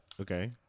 okay